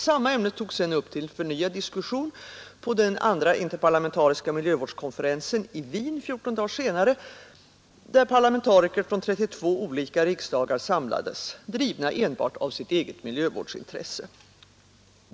Samma ämne togs sedan upp till förnyad diskussion på den andra interparlamentariska miljövårdskonferensen i Wien 14 dagar senare, där parlamentariker från 32 olika riksdagar samlades, drivna enbart av sitt eget miljövårdsintresse.